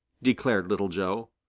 declared little joe.